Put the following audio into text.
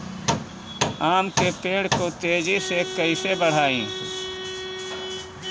आम के पेड़ को तेजी से कईसे बढ़ाई?